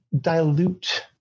dilute